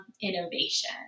innovation